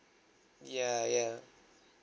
ya ya